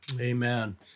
Amen